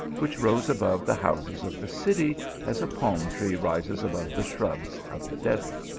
which rose above the houses of the city as a palm tree rises above the shrubs of the desert.